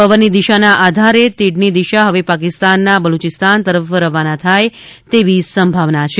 પવનની દિશાના આધાર તીડની દિશા હવે પાકિસ્તાન ના બલૂચિસ્તાન તરફ રવાના થાય તેવી સંભાવના છે